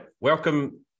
Welcome